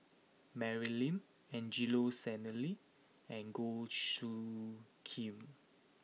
Mary Lim Angelo Sanelli and Goh Soo Khim